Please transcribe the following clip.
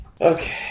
Okay